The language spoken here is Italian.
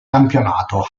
campionato